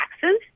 taxes—